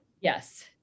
Yes